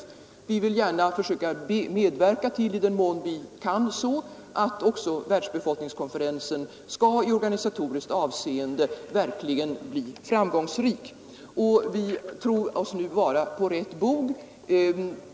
I den mån vi kan vill vi gärna försöka medverka till att också världsbefolkningskonferensen i organisatoriskt avseende verkligen skall bli framgångsrik. Vi tror oss nu också vara på rätt bog därvidlag.